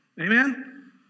Amen